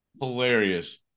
hilarious